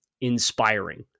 inspiring